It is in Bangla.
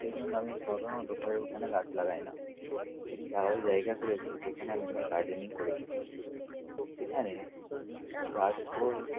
এই জন্য আমি সাধারণত ঘরের উঠানে গাছ লাগাই না একটি আলাদা জায়গা করেছি যেখানে আমি আমার গার্ডেনিং করে থাকি এখানে গাছ পোর